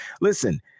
listen